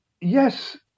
Yes